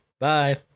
Bye